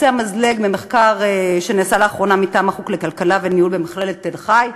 ממחקר שנעשה לאחרונה מטעם החוג לכלכלה וניהול במכללת תל-חי,